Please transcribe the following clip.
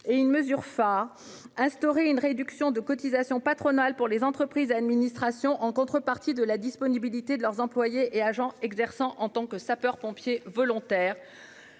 mesure phare, il s'agit d'instaurer une réduction de cotisations patronales pour les entreprises et administrations, en contrepartie de la disponibilité de leurs employés et agents exerçant en tant que sapeurs-pompiers volontaires.